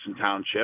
Township